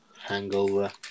hangover